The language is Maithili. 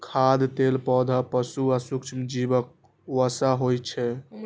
खाद्य तेल पौधा, पशु आ सूक्ष्मजीवक वसा होइ छै